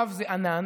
עב זה ענן,